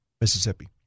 Mississippi